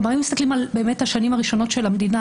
אם מסתכלים על השנים הראשונות של המדינה,